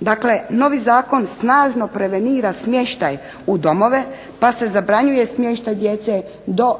Dakle, novi zakon snažno prevenira smještaj u domove pa se zabranjuje smještaj djece do 7 godine